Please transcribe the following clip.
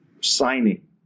signing